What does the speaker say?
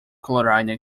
carolina